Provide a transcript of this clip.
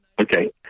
Okay